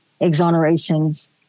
exonerations